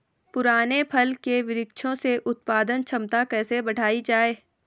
पुराने फल के वृक्षों से उत्पादन क्षमता कैसे बढ़ायी जाए?